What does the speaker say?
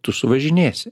tu suvažinėsi